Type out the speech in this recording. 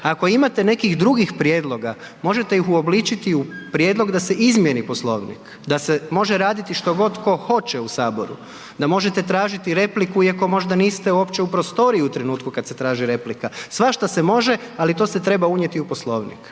Ako imate nekih drugih prijedloga, možete ih uobličiti u prijedlog da se izmijeni Poslovnik, da se može raditi što god tko hoće u Saboru, da možete tražiti repliku iako možda niste uopće u prostoriju trenutku kad se traži replika, svašta se može ali to se treba unijeti u Poslovnik